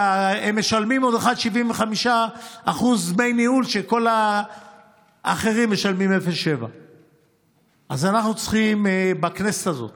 והם משלמים עוד 1.75% דמי ניהול כשכל האחרים משלמים 0.7%. אז בכנסת הזאת